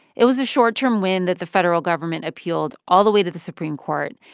it was a short-term win that the federal government appealed all the way to the supreme court,